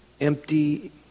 empty